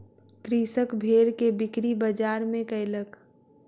कृषक भेड़ के बिक्री बजार में कयलक